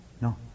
No